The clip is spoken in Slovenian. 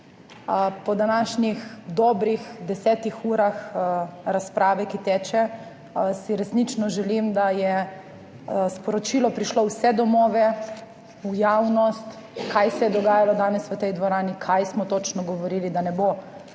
Po današnjih dobrih 10 urah razprave, ki teče, si resnično želim, da je sporočilo prišlo v vse domove, v javnost, kaj se je dogajalo danes v tej dvorani, kaj točno smo govorili, da ne bo